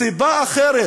סיבה אחרת